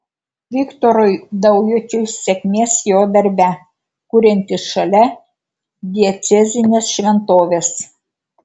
viktorui daujočiui sėkmės jo darbe kuriantis šalia diecezinės šventovės